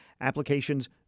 Applications